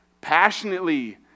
passionately